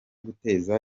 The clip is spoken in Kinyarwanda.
guteza